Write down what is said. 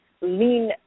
lean